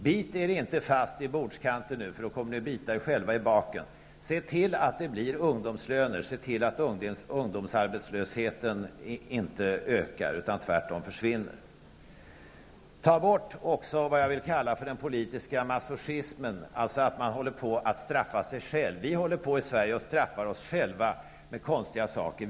Bit er inte fast i bordskanten, eftersom ni då kommer att bita er själva i baken. Se till att det blir ungdomslöner, och se till att ungdomsarbetslösheten inte ökar utan tvärtom försvinner. Ta även bort det som jag vill kalla för den politiska masochismen, alltså att man håller på att straffa sig själv. Vi i Sverige håller på att straffa oss själva med konstiga saker.